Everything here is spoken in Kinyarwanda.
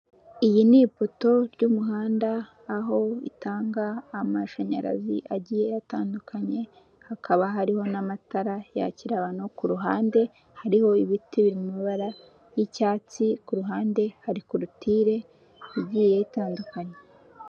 Iyi ni ipoto ry'umuhanda aho itanga amashanyarazi agiye atandukanye, hakaba hariho n'amatara yakira abantu, ku ruhande hariho ibiti biri mu mabara y'icyatsi, ku ruhande hari korotire igiye itandukanye.